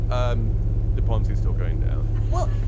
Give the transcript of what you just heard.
um the ponzi is still going down well,